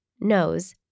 nose